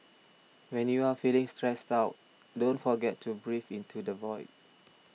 when you are feeling stressed out don't forget to breathe into the void